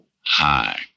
Hi